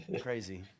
crazy